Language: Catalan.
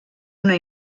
una